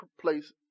place